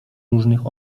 różnych